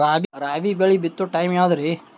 ರಾಬಿ ಬೆಳಿ ಬಿತ್ತೋ ಟೈಮ್ ಯಾವದ್ರಿ?